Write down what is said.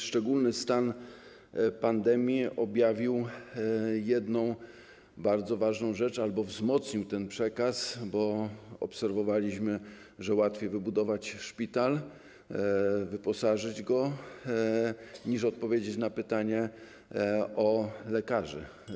Szczególny stan pandemii objawił jedną bardzo ważną rzecz - albo wzmocnił ten przekaz - bo obserwowaliśmy, że łatwiej wybudować szpital i wyposażyć go, niż odpowiedzieć na pytanie o lekarzy.